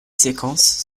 séquences